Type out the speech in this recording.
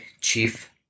Chief